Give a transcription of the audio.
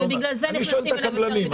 אם הקבלנים